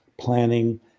planning